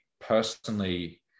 personally